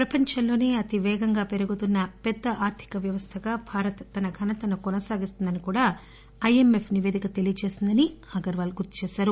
ప్రపంచంలోసే అతి పేగంగా పెరుగుతున్న పెద్ద ఆర్దిక వ్యవస్థగా భారత్ తన ఘనతను కొనసాగిస్తుందని కూడా ఐఎంఎఫ్ నిపేదిక తెలియజేసిందని ఆయన చెప్పారు